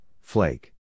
flake